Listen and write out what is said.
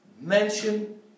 Mention